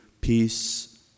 peace